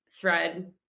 thread